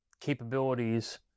capabilities